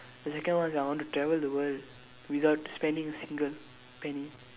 the second one is I want to travel the world without spending single penny